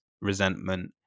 resentment